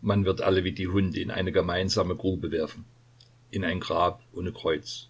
man wird alle wie die hunde in eine gemeinsame grube werfen in ein grab ohne kreuz